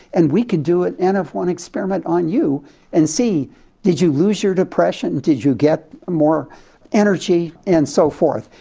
and we could do an n of one experiment on you and see did you lose your depression, did you get more energy and so forth.